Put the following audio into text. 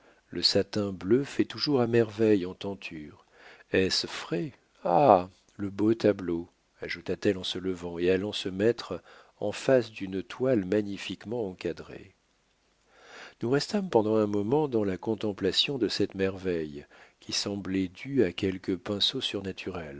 le satin bleu fait toujours à merveille en tenture est-ce frais ah le beau tableau ajouta-t-elle en se levant et allant se mettre en face d'une toile magnifiquement encadrée nous restâmes pendant un moment dans la contemplation de cette merveille qui semblait due à quelque pinceau surnaturel